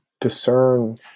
discern